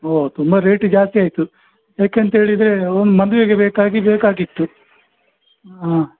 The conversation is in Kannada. ಓಹ್ ತುಂಬ ರೇಟು ಜಾಸ್ತಿ ಆಯಿತು ಏಕೆ ಅಂತ ಹೇಳಿದ್ರೆ ಒಂದು ಮಾಡುವೆಗೆ ಬೇಕಾಗಿ ಬೇಕಾಗಿತ್ತು ಹಾಂ